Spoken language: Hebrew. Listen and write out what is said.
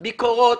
ביקורות,